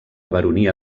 baronia